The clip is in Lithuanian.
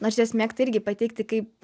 nors juos mėgta irgi pateikti kaip